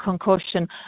concussion